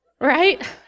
Right